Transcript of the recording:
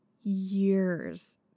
years